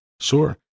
Sure